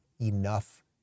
enough